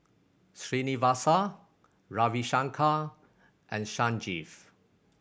Srinivasa Ravi Shankar and Sanjeev